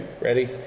Ready